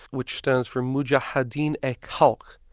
which stands for mujahadeen-e-khalq.